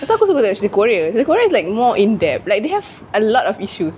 pasal aku suka tengok cerita korea korea is like more in depth like they have a lot of issues